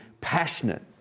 passionate